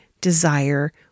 desire